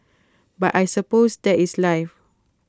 but I suppose that is life